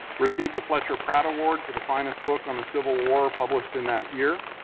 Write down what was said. received the fletcher pratt award for the finest book on the civil war published in that year.